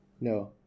no